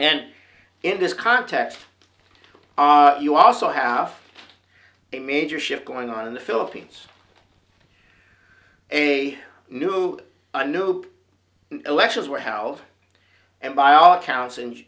and in this context you also have a major shift going on in the philippines a new nope elections were held and by all accounts and